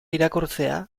irakurtzea